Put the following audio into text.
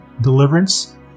deliverance